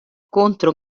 contro